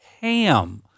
ham